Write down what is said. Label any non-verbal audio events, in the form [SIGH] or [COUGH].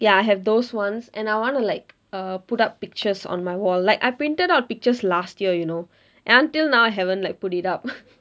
ya I have those ones and I wanna like err put up pictures on my wall like I printed out pictures last year you know and until now I haven't like put it up [LAUGHS]